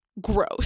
gross